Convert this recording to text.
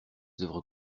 oeuvres